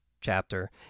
chapter